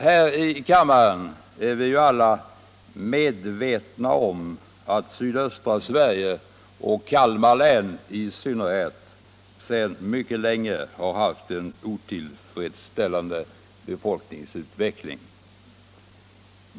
Här i kammaren är vi alla medvetna om att sydöstra Sverige och Kalmar län i synnerhet sedan mycket länge har haft en otillfredsställande befolkningsutveckling.